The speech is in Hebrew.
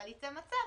אבל ייצא מצב